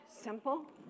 simple